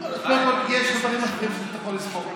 קודם כול, יש דברים אחרים שאתה יכול לספור.